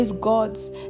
God's